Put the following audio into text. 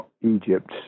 Egypt